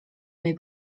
mej